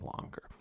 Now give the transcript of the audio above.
longer